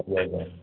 ଆଜ୍ଞା ଆଜ୍ଞା